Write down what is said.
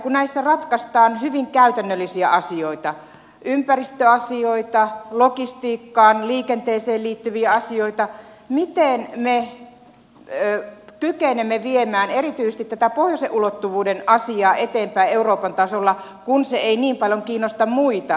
kun näissä ratkaistaan hyvin käytännöllisiä asioita ympäristöasioita logistiikkaan liikenteeseen liittyviä asioita miten me kykenemme viemään erityisesti tätä pohjoisen ulottuvuuden asiaa eteenpäin euroopan tasolla kun se ei niin paljon kiinnosta muita